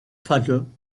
puddle